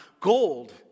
gold